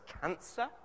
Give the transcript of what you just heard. cancer